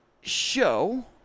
show